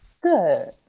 Good